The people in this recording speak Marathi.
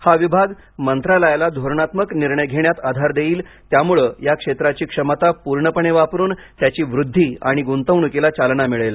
हा विभाग मंत्रालयाला धोरणात्मक निर्णय घेण्यात आधार देईल त्यामुळे या क्षेत्राची क्षमता पूर्णपणे वापरुन त्याची वृद्धी आणि गुंतवणुकीला चालना मिळेल